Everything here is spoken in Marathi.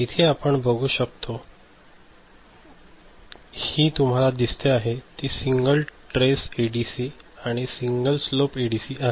इथे आपण काही बघू शकतो तर हि तुम्हाला दिसते आहे जी सिंगल ट्रेस एडीसी आणि सिंगल स्लोप एडीसी आहेत